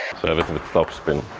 serve it with topspin.